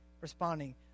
responding